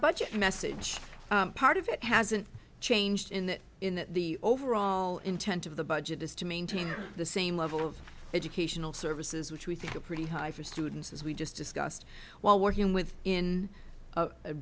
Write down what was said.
budget message part of it hasn't changed in that in that the overall intent of the budget is to maintain the same level of educational services which we think are pretty high for students as we just discussed while working with in a